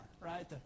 right